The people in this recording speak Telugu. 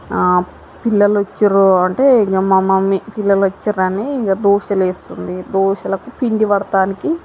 పిల్లలు వచ్చారు అంటే ఇక మా మమ్మీ పిల్లలు వచ్చారని ఇక దోశలు వేస్తుంది దోశలకు పిండి పట్టడానికి